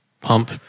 pump